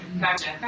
gotcha